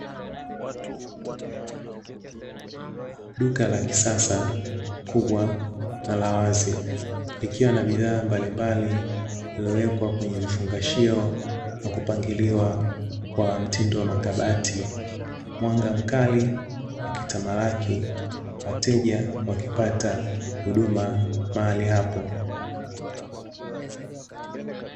Duka la kisasa kubwa na la wazi likiwa na bidhaa mbalimbali iliyowekwa kwenye vifungashio na kupangiliwa kwa mtindo wa makabati. Mwanga mkali ukitamalaki, wateja wakipata huduma mahali hapo.